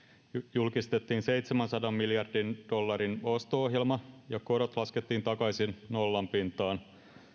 julkistettiin seitsemänsadan miljardin dollarin osto ohjelma ja korot laskettiin takaisin nollan pintaan